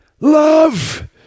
love